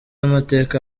amateka